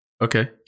Okay